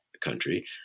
country